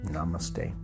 Namaste